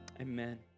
amen